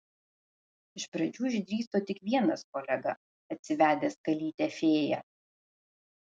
iš pradžių išdrįso tik vienas kolega atsivedęs kalytę fėją